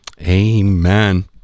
Amen